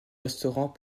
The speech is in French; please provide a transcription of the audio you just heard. restaurant